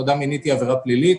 הטרדה מינית היא עבירה פלילית.